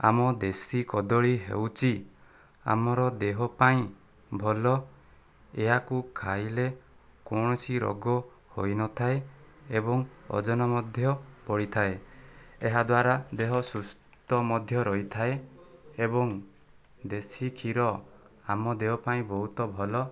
ଆମ ଦେଶୀ କଦଳୀ ହେଉଛି ଆମର ଦେହ ପାଇଁ ଭଲ ଏହାକୁ ଖାଇଲେ କୌଣସି ରୋଗ ହୋଇନଥାଏ ଏବଂ ଓଜନ ମଧ୍ୟ ବଢ଼ିଥାଏ ଏହାଦ୍ଵାରା ଦେହ ସୁସ୍ଥ ମଧ୍ୟ ରହିଥାଏ ଏବଂ ଦେଶୀ କ୍ଷୀର ଆମ ଦେହ ପାଇଁ ବହୁତ ଭଲ